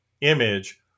image